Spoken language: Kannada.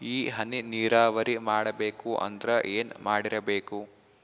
ಈ ಹನಿ ನೀರಾವರಿ ಮಾಡಬೇಕು ಅಂದ್ರ ಏನ್ ಮಾಡಿರಬೇಕು?